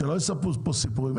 שלא יספרו פה סיפורים.